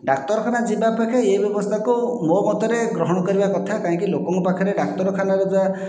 ଡାକ୍ତରଖାନା ଯିବା ଅପେକ୍ଷା ଏଇ ବ୍ୟବସ୍ଥାକୁ ମୋ ମତରେ ଗ୍ରହଣ କରିବା କଥା କାହିଁକି ଲୋକଙ୍କ ପାଖରେ ଡାକ୍ତରଖାନାର ଯାହା